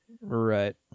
Right